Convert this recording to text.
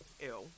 ew